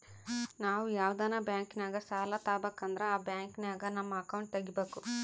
ನಾವು ಯಾವ್ದನ ಬ್ಯಾಂಕಿನಾಗ ಸಾಲ ತಾಬಕಂದ್ರ ಆ ಬ್ಯಾಂಕಿನಾಗ ನಮ್ ಅಕೌಂಟ್ ತಗಿಬಕು